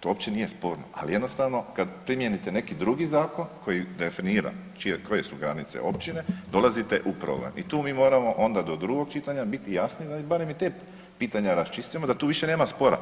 to uopće nije sporno, ali jednostavno, kad primijenite neki drugi zakon koji definira čije, koje su granice općine, dolazite u problem i tu mi moramo onda do drugog čitanja biti jasni da barem i te pitanja raščistimo da tu više nema spora.